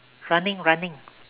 running running